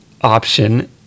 option